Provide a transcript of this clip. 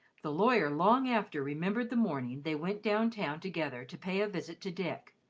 the lawyer long after remembered the morning they went down-town together to pay a visit to dick,